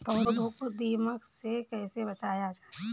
पौधों को दीमक से कैसे बचाया जाय?